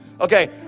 Okay